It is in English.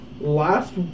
last